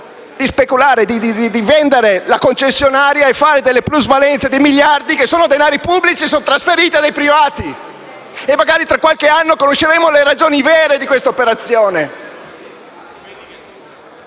privato di vendere la concessionaria e realizzare plusvalenze per miliardi che sono denari pubblici trasferiti a privati. Magari tra qualche anno conosceremo le ragioni vere di questa operazione.